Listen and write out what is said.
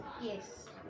Yes